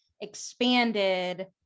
expanded